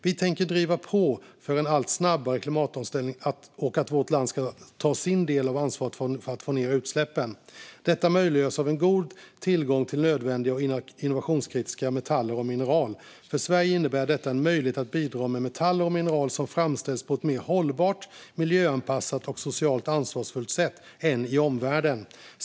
Vi tänker driva på för en allt snabbare klimatomställning och att vårt land ska ta sin del av ansvaret för att få ned utsläppen. Detta möjliggörs av en god tillgång till nödvändiga och innovationskritiska metaller och mineral. För Sverige innebär det en möjlighet att bidra med metaller och mineral som framställs på ett mer hållbart, miljöanpassat och socialt ansvarsfullt sätt än i omvärlden.